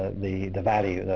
the the value,